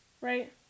Right